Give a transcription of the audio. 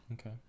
Okay